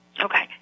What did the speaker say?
Okay